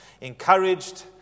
encouraged